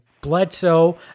Bledsoe